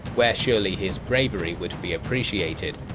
where surely his bravery would be appreciated,